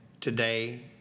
today